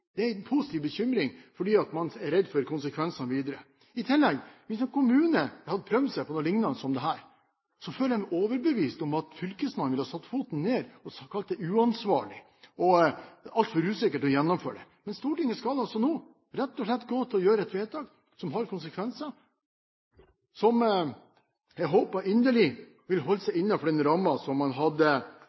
er en positiv bekymring, fordi man er redd for konsekvensene videre. I tillegg: Hvis en kommune hadde prøvd seg på noe lignende, føler jeg meg overbevist om at fylkesmannen ville ha satt foten ned og kalt det uansvarlig; det er altfor usikkert å gjennomføre det. Men Stortinget skal altså rett og slett gjøre et vedtak som har konsekvenser som jeg håper inderlig vil holde seg innenfor den rammen som man hadde